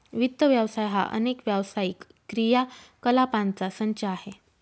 वित्त व्यवसाय हा अनेक व्यावसायिक क्रियाकलापांचा संच आहे